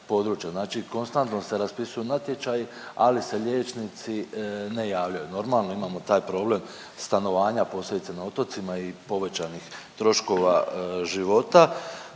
Znači konstantno se raspisuju natječaji ali se liječnici ne javljaju. Normalno imamo taj problem stanovanja, posebice na otocima i povećanih troškova života.